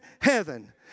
heaven